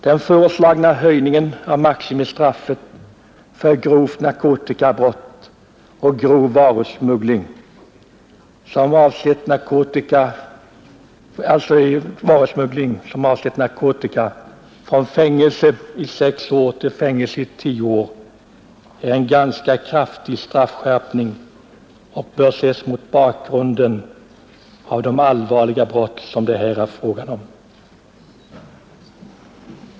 Den föreslagna höjningen av maximistraffet för grovt narkotikabrott och grov varusmuggling, som avser narkotika, från fängelse i sex år till fängelse i tio år är en ganska kraftig straffskärpning och bör ses mot bakgrunden av de allvarliga brott som det här är fråga om.